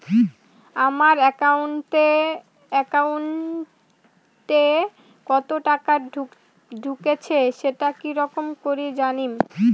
আমার একাউন্টে কতো টাকা ঢুকেছে সেটা কি রকম করি জানিম?